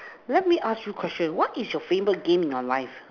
let me ask you question what is your favourite game in your life